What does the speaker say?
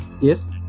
Yes